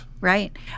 Right